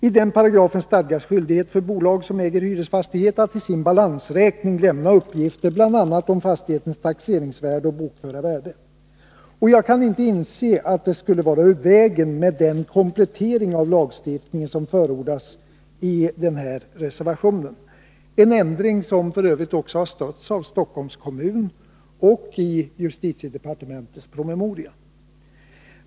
I den paragrafen stadgas skyldighet för bolag som äger hyresfastighet att i sin balansräkning lämna uppgifter bl.a. om fastighetens taxeringsvärde och bokförda värde. Jag kan inte inse att det skulle vara ur vägen med den komplettering av lagstiftningen som förordas i den här reservationen, en ändring som f. ö. också har stötts av Stockholms kommun och i justitiedepartementets promemoria.